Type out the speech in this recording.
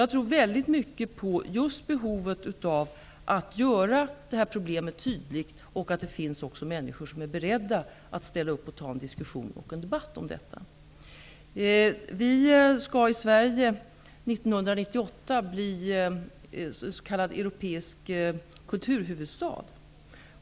Jag tror mycket på att göra problemet tydligt och att det finns människor som är beredda att ta en diskussion och debatt om detta. År 1998 skall Stockholm, här i Sverige, bli europeisk kulturhuvudstad.